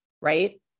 right